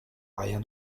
rien